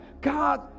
God